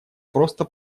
просто